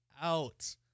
out